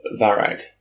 Varag